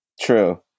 true